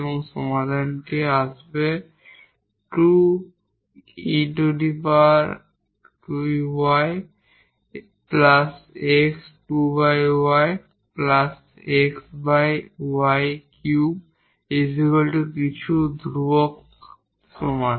এবং সমাধানটি আসবে 𝑥 2𝑒 𝑦 𝑥 2𝑦 𝑥𝑦3 c যা কিছু কন্সট্যান্ট সমান